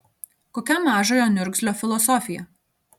kokia mažojo niurzglio filosofija